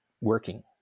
working